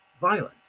violence